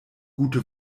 gute